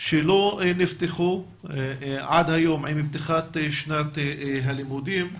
שלא נפתחו עד היום עם פתיחת שנת הלימודים,